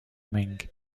meng